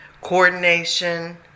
coordination